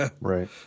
Right